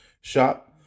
shop